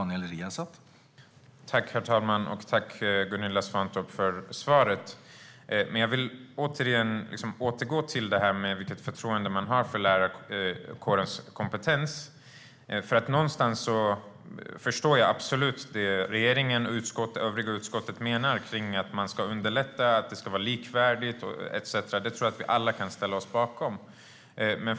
Herr talman! Jag tackar Gunilla Svantorp för svaret. Jag vill dock återgå till detta med vilket förtroende man har för lärarkårens kompetens. Någonstans förstår jag absolut vad regeringen och övriga utskottet menar när det gäller att underlätta, att det ska vara likvärdigt etcetera. Det tror jag att vi alla kan ställa oss bakom.